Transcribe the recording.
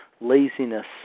laziness